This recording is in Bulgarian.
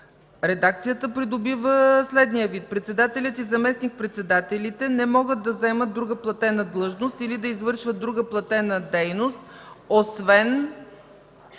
Редакцията придобива следния вид: „Председателят и заместник-председателите не могат да заемат друга платена длъжност или да извършват друга платена дейност освен...”